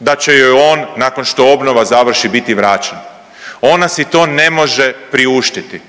da će joj on nakon što obnova završi biti vraćen, ona si to ne može priuštiti,